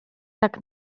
tak